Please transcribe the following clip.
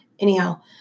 Anyhow